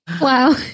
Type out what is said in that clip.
Wow